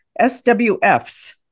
SWFs